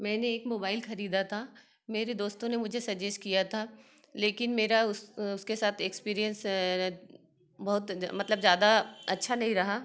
मैंने एक मोबाईल खरीदा था मेरे दोस्तों ने मुझे सजेस्ट किया था लेकिन मेरा उस उसके साथ एक्सपीरियंस बहुत मतलब ज़्यादा अच्छा नहीं रहा